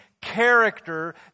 character